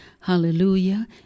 hallelujah